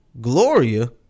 Gloria